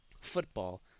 football